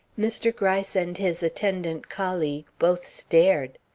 mr. gryce and his attendant colleague both stared.